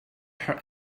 her